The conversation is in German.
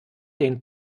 den